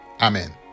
Amen